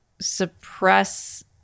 suppress